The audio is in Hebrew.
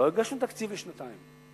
לא הגשנו תקציב לשנתיים.